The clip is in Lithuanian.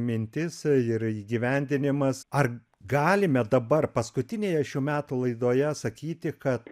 mintis ir įgyvendinimas ar galime dabar paskutinėje šių metų laidoje sakyti kad